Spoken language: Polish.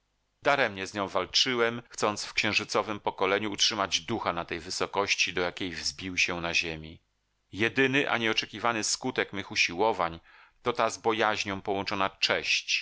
daremnie z nią walczyłem chcąc w księżycowem pokoleniu utrzymać ducha na tej wysokości do jakiej wzbił się na ziemi jedyny a nieoczekiwany skutek mych usiłowań to ta z bojaźnią połączona cześć